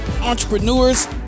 entrepreneurs